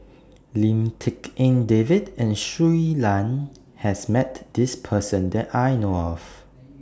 Lim Tik En David and Shui Lan has Met This Person that I know of